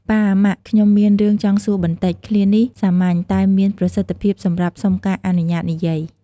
ប៉ា ម៉ាក់ ខ្ញុំមានរឿងចង់សួរបន្តិច! ឃ្លានេះសាមញ្ញ តែមានប្រសិទ្ធភាពសម្រាប់សុំការអនុញ្ញាតនិយាយ។